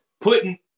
putting